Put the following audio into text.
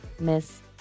Miss